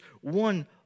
one